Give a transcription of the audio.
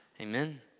Amen